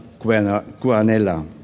Guanella